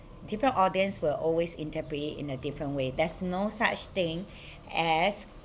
different audience will always interpret it in a different way there's no such thing as